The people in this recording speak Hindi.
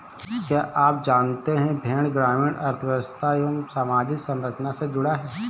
क्या आप जानते है भेड़ ग्रामीण अर्थव्यस्था एवं सामाजिक संरचना से जुड़ा है?